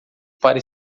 para